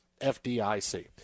FDIC